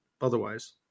otherwise